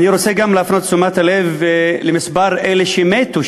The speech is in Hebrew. אני רוצה גם להפנות את תשומת הלב למספרם של אלה שמתו,